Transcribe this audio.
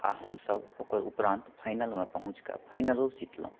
आ हमसभ ओकर उपरान्त फाइनलमे पहुँच कऽ फाइनलो जितलहुँ